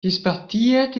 dispartiet